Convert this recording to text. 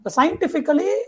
Scientifically